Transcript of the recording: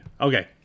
okay